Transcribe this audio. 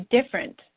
different